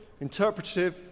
interpretive